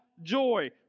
joy